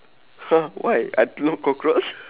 !huh! why I love cockroach